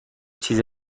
چیز